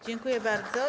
Dziękuję bardzo.